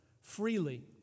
freely